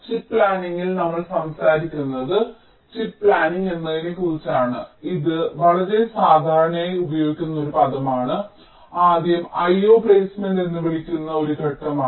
chip പ്ലാനിംഗിൽ നമ്മൾ സംസാരിക്കുന്നത് ചിപ്പ് പ്ലാനിംഗ് എന്നതിനെക്കുറിച്ചാണ് ഇത് വളരെ സാധാരണയായി ഉപയോഗിക്കുന്ന ഒരു പദമാണ് ആദ്യം IO പ്ലെയ്സ്മെന്റ് എന്ന് വിളിക്കുന്ന ഒരു ഘട്ടമാണ്